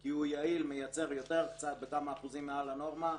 יותר בכמה אחוזים מעל הנורמה,